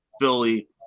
Philly